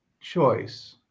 choice